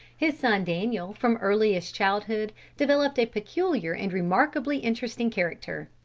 his son daniel, from earliest childhood, developed a peculiar and remarkably interesting character.